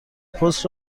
پست